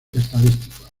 estadísticos